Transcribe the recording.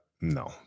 no